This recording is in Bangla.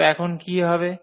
তো এখন কী হবে